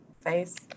face